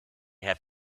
have